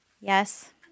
Yes